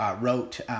wrote